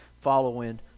following